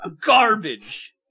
garbage